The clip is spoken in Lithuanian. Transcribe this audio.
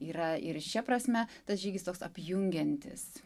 yra ir šia prasme tas žygis toks apjungiantis